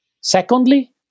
Secondly